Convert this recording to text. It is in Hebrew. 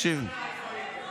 איפה הייתם 40 שנה?